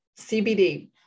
CBD